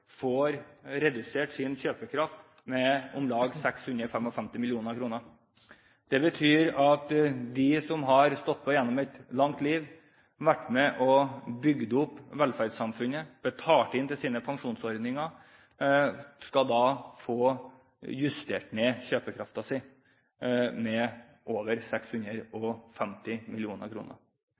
får redusert sin kjøpekraft med omlag 655 mill. kr. Det betyr at de som har stått på gjennom et langt liv, vært med og bygd opp velferdssamfunnet, betalt inn til sine pensjonsordninger, skal få justert ned kjøpekraften sin med over 650